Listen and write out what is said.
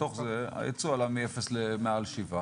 מתוך זה הייצוא עלה מ- אפס למעל שבעה,